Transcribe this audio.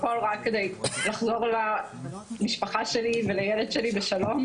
הכול רק כדי לחזור הביתה לילד שלי בשלום.